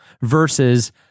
versus